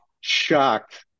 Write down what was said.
shocked